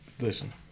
Listen